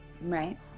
Right